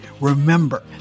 remember